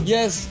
Yes